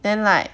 then like